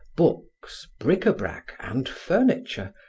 books, bric-a-brac and furniture,